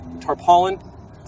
tarpaulin